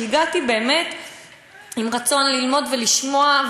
שהגעתי באמת עם רצון לבוא ולשמוע,